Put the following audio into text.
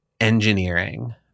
engineering